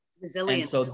Resilience